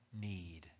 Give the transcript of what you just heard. need